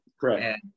correct